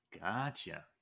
gotcha